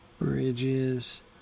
Bridges